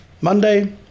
Monday